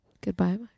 goodbye